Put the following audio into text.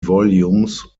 volumes